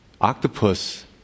Octopus